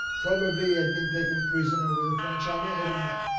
probably had been taken prisoner with the french army. i don't know.